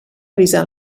avisar